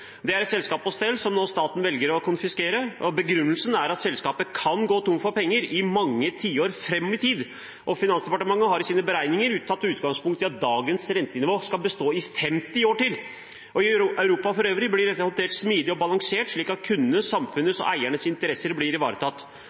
Det er et selskap på stell som staten nå velger å konfiskere. Begrunnelsen er at selskapet kan gå tom for penger mange tiår fram i tid. Finansdepartementet har i sine beregninger tatt utgangspunkt i at dagens rentenivå skal bestå i 50 år til. I Europa for øvrig blir dette håndtert helt smidig og balansert, slik at kundenes, samfunnets og eiernes interesser blir ivaretatt.